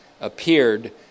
appeared